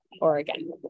Oregon